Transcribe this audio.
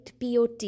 pot